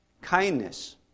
Kindness